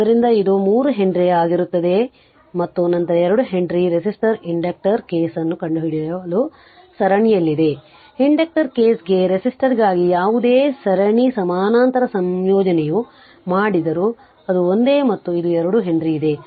ಆದ್ದರಿಂದ ಇದು 3 ಹೆನ್ರಿ ಆಗಿರುತ್ತದೆ ಮತ್ತು ನಂತರ 2 henry resistor inductor inductor case ಅನ್ನು ಕಂಡುಹಿಡಿಯಲು ಸರಣಿಯಲ್ಲಿದೆ ಇಂಡಕ್ಟರ್ ಕೇಸ್ಗಾಗಿ ರೆಸಿಸ್ಟರ್ಗಾಗಿ ಯಾವುದೇ ಸರಣಿ ಸಮಾನಾಂತರ ಸಂಯೋಜನೆಯು ಮಾಡಿದರೂ ಅದು ಒಂದೇ ಮತ್ತು ಇದು 2 ಹೆನ್ರಿ ಇದೆ